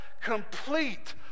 complete